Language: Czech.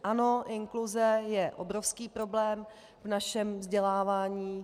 Ano, inkluze je obrovský problém v našem vzdělávání.